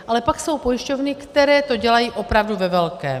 Ale pak jsou pojišťovny, které to dělají opravdu ve velkém.